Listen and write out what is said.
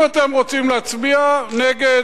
אם אתם רוצים להצביע נגד,